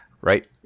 right